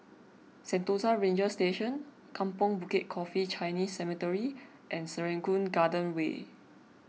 Sentosa Ranger Station Kampong Bukit Coffee Chinese Cemetery and Serangoon Garden Way